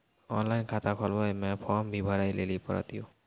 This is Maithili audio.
ऑनलाइन खाता खोलवे मे फोर्म भी भरे लेली पड़त यो?